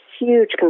huge